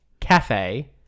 cafe